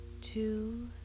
Two